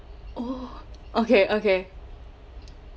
oh okay okay